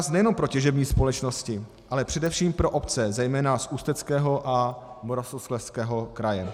Vzkaz nejenom pro těžební společnosti, ale především pro obce, zejména z Ústeckého a Moravskoslezského kraje.